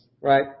Right